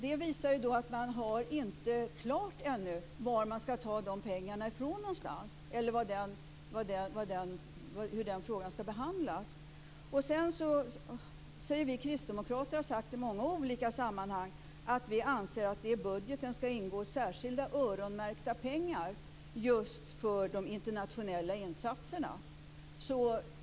Det visar att man inte ännu har klart varifrån man skall ta de pengarna eller hur den frågan skall behandlas. Vi kristdemokrater har sagt i många olika sammanhang att vi anser att det i budgeten skall ingå särskilda öronmärkta pengar just för de internationella insatserna.